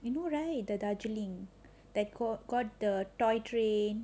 you know right the darjaling that got the toy train